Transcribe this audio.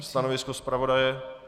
Stanovisko zpravodaje?